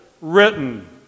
written